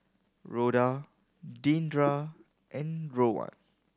Rhoda Deandra and Rowan